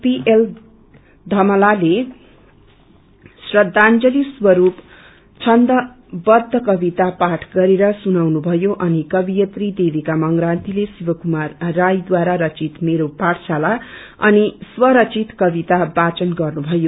PL थमालाले श्रदाजंसी स्वस्प छन्द कविता पाठ गरेर सुनाउनुभयो अनि कवियत्री देविका मंग्रातीले श्रिवकुमार राईबारा रचित मेरो पाठशाला अनि स्वरचित कविता वाचन गर्नुभयो